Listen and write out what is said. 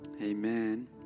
Amen